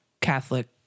Catholic